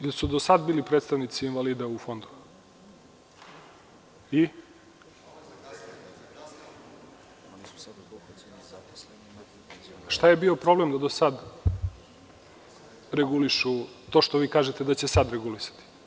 Jel su do sad bili predstavnici invalida u Fondu i šta je bio problem da do sada regulišu, to što vi kažete da će sada regulisati?